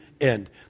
end